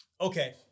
okay